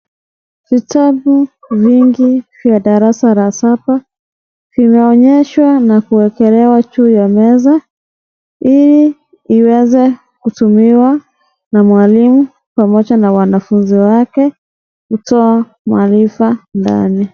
Vitabu vingi vya darasa la saba. Vimeonyeshwa na kuwekelewa juu ya meza, ili iweze kutumiwa na mwalimu pamoja na wanafunzi wake, kutoa maarifa ndani.